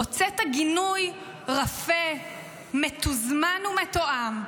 הוצאת גינוי רפה, מתוזמן ומתואם.